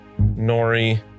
Nori